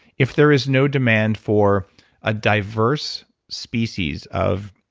if there is no demand for a diverse species of,